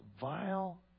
vile